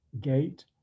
gate